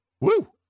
Woo